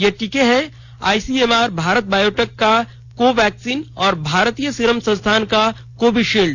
ये टीके हैं I C M R Bharat Biotech का कोवैक्सिन और भारतीय सीरम संस्थान का कोवीशील्ड